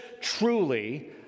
truly